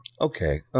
Okay